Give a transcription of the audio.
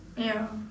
ya